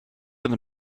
are